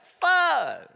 fun